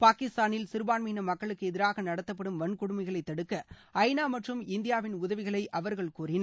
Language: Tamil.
பாகிஸ்தானில் சிறுபான்மையின மக்களுக்கு எதிராக நடத்தப்படும் வன்கொடுமைகளை தடுக்க ஐநா மற்றும் இந்தியாவின் உதவிகளை அவர்கள் கோரினர்